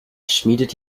schmiedet